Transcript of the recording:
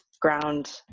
ground